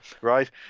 right